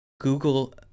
Google